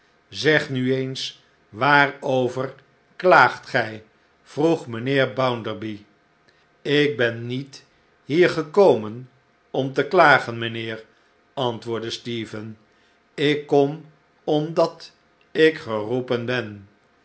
zeg nu eens waarover klaagt gij vroeg mijnheer bounderby ik ben niet hier gekomen om te klagen mijnheer antwoordde stephen ik kom omdat ik geroepen ben